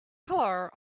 color